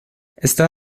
está